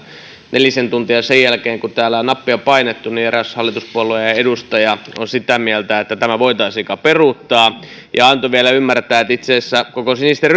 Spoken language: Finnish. nelisen tuntia sen jälkeen kun täällä on nappia painettu eräs hallituspuolueen edustaja on sitä mieltä että tämä voitaisiin kai peruuttaa ja antoi vielä ymmärtää että itse asiassa koko sinisten